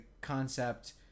concept